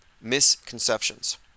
misconceptions